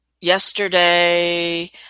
yesterday